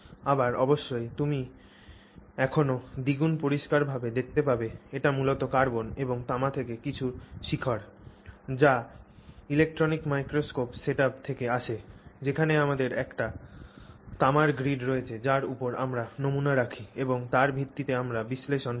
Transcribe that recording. আবার অবশ্যই তুমি এখনও দ্বিগুণ পরিষ্কার ভাবে দেখতে পাবে এটি মূলত কার্বন এবং তামা থেকে কিছু শিখর যা ইলেক্ট্রনিক মাইক্রোস্কোপ সেটআপ থেকে আসে যেখানে আমাদের একটি তামার গ্রিড রয়েছে যার উপর আমরা নমুনা রাখি এবং তার ভিত্তিতে আমরা বিশ্লেষণ করি